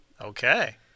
Okay